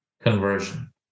conversion